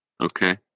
Okay